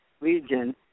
region